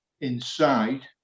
inside